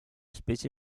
specie